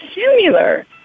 similar